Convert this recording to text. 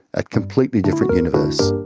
a completely different universe.